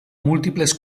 múltiples